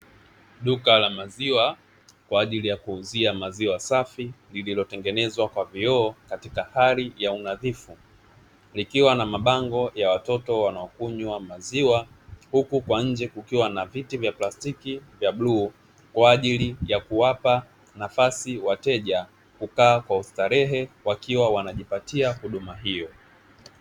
Duka la maziwa kwa ajili ya kuuzia maziwa lililotengenezwa kwa vioo katika hali ya unadhifu, likiwa na mabango ya watoto wanaokunywa maziwa, huku kwa nje kukiwa na viti vya plastiki vya buluu kwa ajili ya kuwapa nafasi wateja kukaa kwa starehe wakati wanapata huduma hiyo.